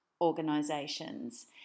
organisations